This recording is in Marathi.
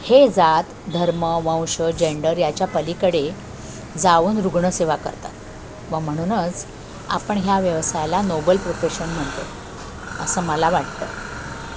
हे जात धर्म वंश जेंडर याच्या पलीकडे जाऊन रुग्णसेवा करतात व म्हणूनच आपण ह्या व्यवसायाला नोबल प्रोफेशन म्हणतो असं मला वाटतं